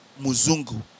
Muzungu